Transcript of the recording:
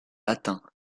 latin